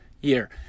year